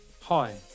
Hi